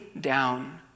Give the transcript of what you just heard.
down